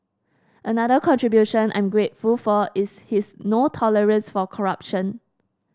another contribution I'm grateful for is his no tolerance for corruption